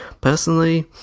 personally